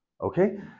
Okay